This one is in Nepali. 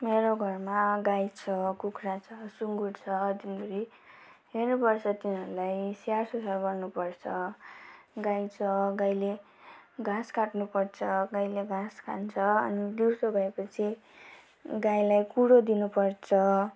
मेरो घरमा गाई छ कुखुरा छ सुँगुर छ दिनभरि हेर्नुपर्छ तिनीहरूलाई स्याहार सुसार गर्नुपर्छ गाई छ गाईले घाँस काट्नुपर्छ गाईले घाँस खान्छ अनि दिउँसो भएपछि गाईलाई कुँडो दिनुपर्छ